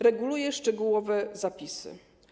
Reguluje szczegółowe zapisy.